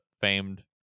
famed